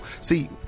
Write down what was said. see